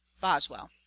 boswell